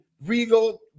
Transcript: Regal